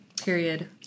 Period